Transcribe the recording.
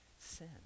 sin